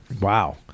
Wow